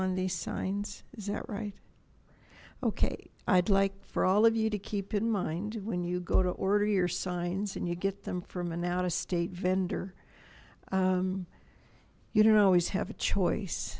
on the signs that right ok i'd like for all of you to keep in mind when you go to order your signs and you get them from an out of state vendor you don't always have a choice